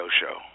show